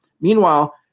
Meanwhile